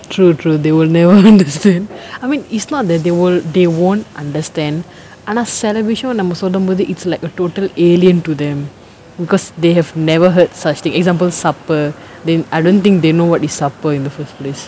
true true they will never understand I mean it's not that they will they won't understand ஆனா சில விஷயோ நம்ம சொல்லும்போது:aanaa sila vishayo namma sollumpothu it's like a total alien to them because they have never heard such thing example supper then I don't think then know what the supper in the first place